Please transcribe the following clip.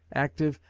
active,